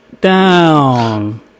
down